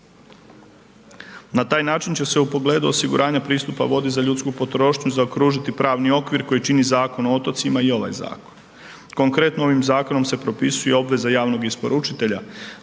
Na taj način će se u pogledu osiguranja pristupa vodi za ljudsku potrošnju zaokružiti pravni okvir koji čini Zakon o otocima i ovaj zakon. Konkretno ovim zakonom se propisuje obveza javnog isporučitelja